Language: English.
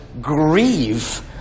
grieve